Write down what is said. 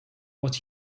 what